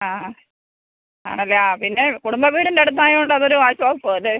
ആ ആ ആണല്ലേ ആ പിന്നെ കുടുംബം വീടിൻ്റടുത്തായോണ്ടതൊരു ആശ്വാസമല്ലേ